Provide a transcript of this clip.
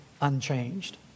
unchanged